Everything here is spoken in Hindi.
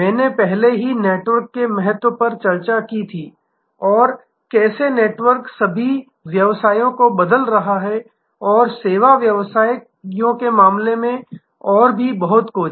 मैंने पहले ही नेटवर्क के महत्व पर चर्चा की थी और कैसे नेटवर्क सभी व्यवसायों को बदल रहा है और सेवा व्यवसायों के मामले में और भी बहुत कुछ